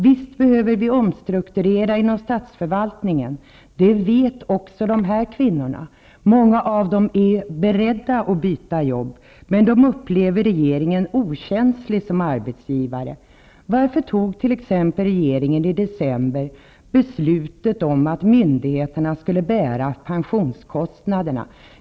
Visst behöver vi omstrukturera inom statsförvaltningen -- det vet också dessa kvinnor. Många av dem är beredda att byta jobb. Men de upplever saken så att regeringen är okänslig som arbetsgivare. Varför tog t.ex. rege ringen i december beslutet om att myndigheterna skulle bära pensionskost naderna?